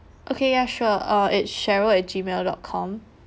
okay ya sure uh it's cheryl at gmail dot com